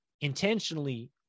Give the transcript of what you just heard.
intentionally